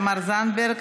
תלמדו את זה קודם כול.